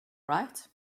right